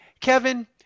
kevin